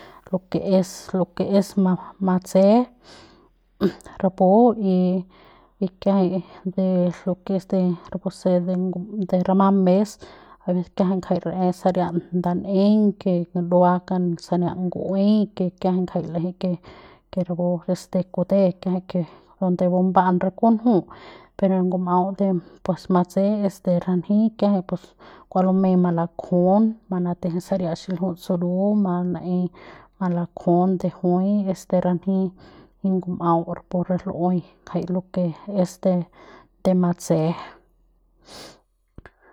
Lo que es lo que es matse rapu y kiajay de lo que es de rapu se de rama mes jay kiajay jay ra'e saria nda ne'eiñ que dua sania ngu'uey que kiajay jay l'eje que rapu es de kute kiajay que cuando buba'an re kunju per de ngum'au de pus matse'e es de ranji kiajay kua lumey malakjun manateje saria xiljiut suru mana'ey manakjun de juy de ranji ngum'au rapu re lu'ue ngajay lo que es de de matse.